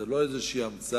וזה לא איזו המצאה.